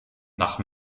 nach